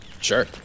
Sure